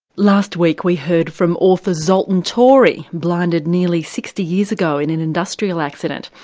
last week we heard from author zoltan torey, blinded nearly sixty years ago in an industrial accident,